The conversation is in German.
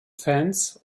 fans